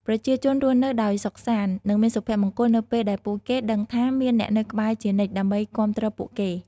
ប្រជាជនរស់នៅដោយសុខសាន្ត និងមានសុភមង្គលនៅពេលដែលពួកគេដឹងថាមានអ្នកនៅក្បែរជានិច្ចដើម្បីគាំទ្រពួកគេ។